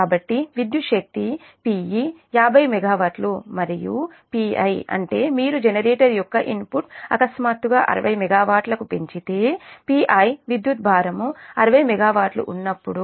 కాబట్టి విద్యుత్ శక్తి Pe 50 మెగావాట్లు మరియు Pi అంటే మీరు జనరేటర్ యొక్క ఇన్పుట్ అకస్మాత్తుగా 60 మెగావాట్లకు పెంచితే Pi విద్యుత్ భారం 60 మెగావాట్ల ఉన్నప్పుడు